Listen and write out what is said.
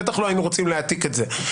בטח לא היינו רוצים להעתיק את זה,